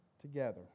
together